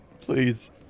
please